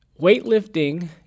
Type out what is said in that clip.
Weightlifting